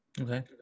Okay